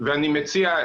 ואני מציע,